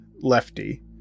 Lefty